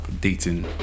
dating